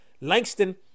Langston